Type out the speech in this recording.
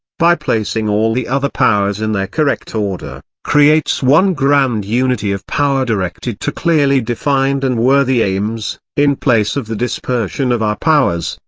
by placing all the other powers in their correct order, creates one grand unity of power directed to clearly defined and worthy aims, in place of the dispersion of our powers,